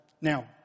Now